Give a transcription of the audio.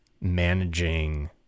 managing